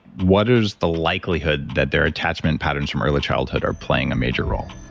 what is the likelihood that their attachment patterns from early childhood are playing a major role?